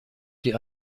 die